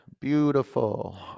Beautiful